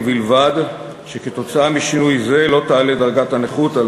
ובלבד שעקב שינוי זה לא תעלה דרגת הנכות על